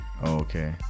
Okay